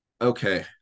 Okay